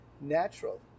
natural